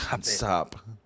Stop